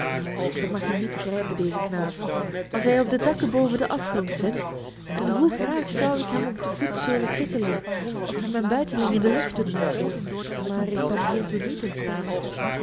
ik vermag hem niet te grijpen dezen knaap als hij op de takken boven den afgrond zit en hoe graag zou ik hem op de voetzolen kittelen of hem een buiteling in de lucht doen maken maar ik ben hiertoe niet in staat